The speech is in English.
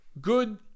good